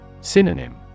Synonym